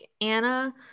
Anna